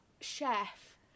chef